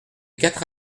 quatre